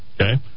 Okay